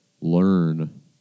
learn